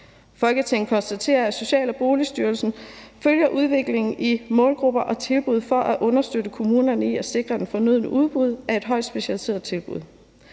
Folketinget konstaterer, at Social- og Boligstyrelsen følger udviklingen i målgrupper og tilbud for at understøtte kommunerne i at sikre det fornødne udbud af højt specialiserede tilbud.